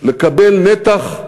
לקבל נתח,